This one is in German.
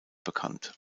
bekannt